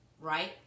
Right